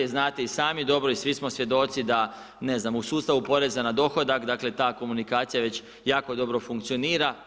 Znate i sami dobro i svi smo svjedoci da ne znam, u sustavu poreza na dohodak dakle, ta komunikacija je već jako dobro funkcionira.